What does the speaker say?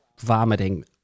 vomiting